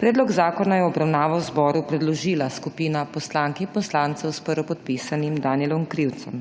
Predlog zakona je v obravnavo zboru predložila skupina poslank in poslancev, s prvopodpisanim Danijelom Krivcem.